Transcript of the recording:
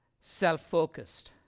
self-focused